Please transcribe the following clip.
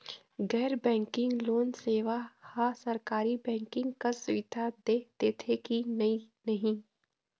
गैर banking loan सेवा हा सरकारी बैंकिंग कस सुविधा दे देथे कि नई नहीं?